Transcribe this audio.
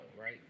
right